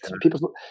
people